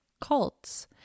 cults